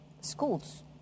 schools